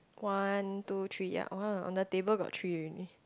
one two three ya !wow! on the table got three already